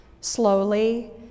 Slowly